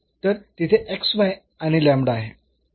तर तिथे आणि आहे